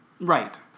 Right